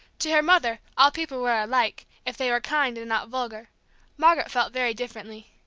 to her mother all people were alike, if they were kind and not vulgar margaret felt very differently.